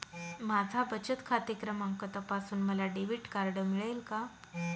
माझा बचत खाते क्रमांक तपासून मला डेबिट कार्ड मिळेल का?